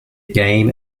game